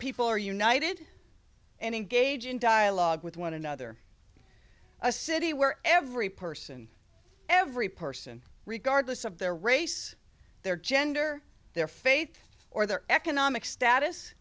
people are united and engage in dialogue with one another a city where every person every person regardless of their race their gender their faith or their economic status